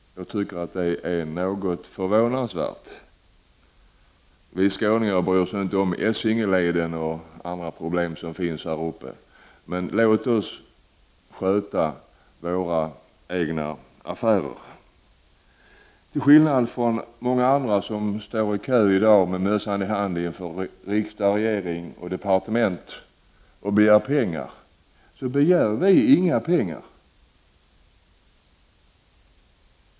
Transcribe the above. Det är förvånansvärt! Vi skåningar bryr oss inte om Essingeleden och andra problem som finns här uppe. Låt oss sköta våra egna affärer! Till skillnad från många andra som i dag står i kö med mössan i hand inför riksdag, regering och departement och begär pengar så begär vi inga pengar.